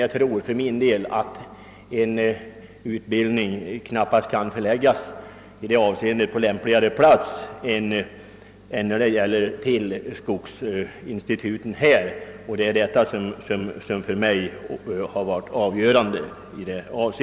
Jag tror därför att en utbildning på naturvårdssidan knappast kan förläggas till lämpligare platser än till skogsinstituten, och detta har varit avgörande för mig.